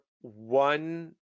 one